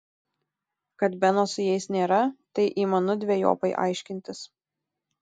kad beno su jais nėra tai įmanu dvejopai aiškintis